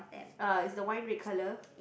uh is the wine red colour